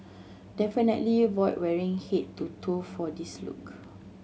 definitely avoid wearing head to toe for this look